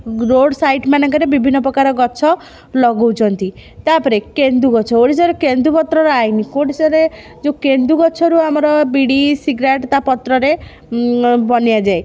road ସାଇଟମାନଙ୍କରେ ବିଭିନ୍ନ ପ୍ରକାର ଗଛ ଲଗାଉଛନ୍ତି ତା'ପରେ କେନ୍ଦୁ ଗଛ ଓଡ଼ିଶାରେ କେନ୍ଦୁ ପତ୍ରରେ ଆଇନ୍ କେଉଁଠି ସେଇଟା ଯେଉଁ କେନ୍ଦୁ ଗଛରୁ ଆମର ବିଡ଼ି ସିଗ୍ରାଟ ତା ପତ୍ରରେ ବନିଆ ଯାଏ